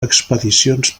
expedicions